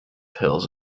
hills